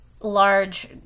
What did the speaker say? large